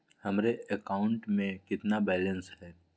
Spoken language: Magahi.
हमारे अकाउंट में कितना बैलेंस है?